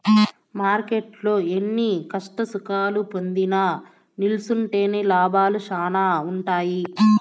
మార్కెట్టులో ఎన్ని కష్టసుఖాలు పొందినా నిల్సుంటేనే లాభాలు శానా ఉంటాయి